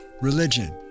religion